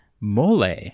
mole